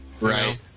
Right